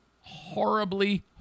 horribly